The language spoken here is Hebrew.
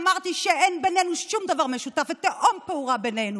ואמרתי שאין בינינו שום דבר משותף ותהום פעורה בינינו,